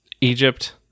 Egypt